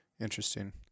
Interesting